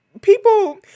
People